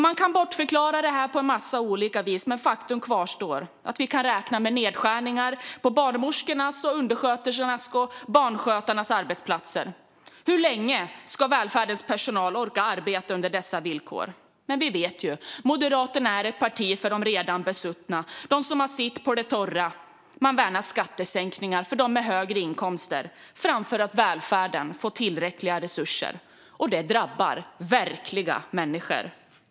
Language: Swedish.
Man kan bortförklara detta på en massa olika vis, men faktum kvarstår: Vi kan räkna med nedskärningar på barnmorskornas, undersköterskornas och barnskötarnas arbetsplatser. Hur länge ska välfärdens personal orka arbeta under dessa villkor? Men vi vet ju; Moderaterna är ett parti för de redan besuttna, dem som har sitt på det torra. Man värnar skattesänkningar för dem med högre inkomster framför att välfärden får tillräckliga resurser. Detta drabbar verkliga människor.